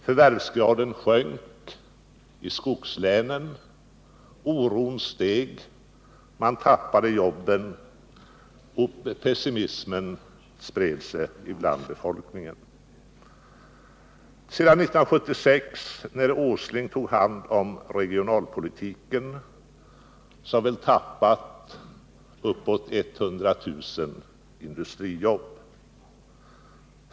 Förvärvsgraden sjönk i skogslänen, oron steg, man tappade jobben och pessimismen spred sig bland befolkningen. Sedan 1976, när Nils Åsling tog hand om regionalpolitiken, har vi förlorat uppåt 100 000 industrijobb.